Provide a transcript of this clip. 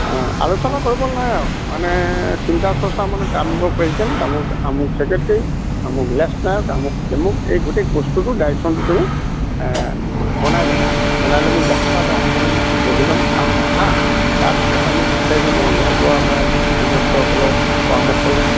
অঁ আলোচনা কৰিবলে নাই আৰু মানে চিন্তা চৰ্চা মানে আমুকক প্ৰেছিডেণ্ট তামুক আমুক ছেক্ৰেটাৰী আমুক লেনচ্ নাইক তামুক এই গোটেই বস্তুটো ডাইকশ্যনটো তুমি বনাই ল'বা বনাই লৈ মোক দেখাবা বাৰু মই বহি ল'ম চাম হা তাৰপাছত আমি দুই চাৰিজনৰ গাঁও বুঢ়া বা বয়সজ্যেষ্ঠসকলৰ পৰামৰ্শ ল'ম